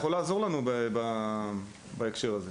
יוכל לעזור לנו בהקשר הזה.